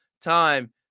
time